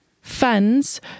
funds